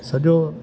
सॼो